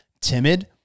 timid